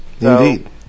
Indeed